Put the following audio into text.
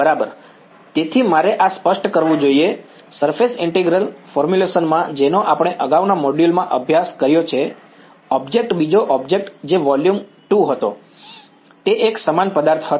બરાબર તેથી મારે આ સ્પષ્ટ કરવું જોઈએ સરફેસ ઈન્ટીગ્રલ ફોર્મ્યુલેશન માં જેનો આપણે અગાઉના મોડ્યુલોમાં અભ્યાસ કર્યો છે ઑબ્જેક્ટ બીજો ઑબ્જેક્ટ જે વોલ્યુમ 2 હતો તે એક સમાન પદાર્થ હતો